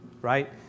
right